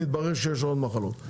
מתברר שיש עוד מחלות,